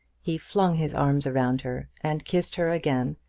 he flung his arms around her, and kissed her again,